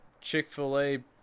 Chick-fil-A